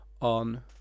on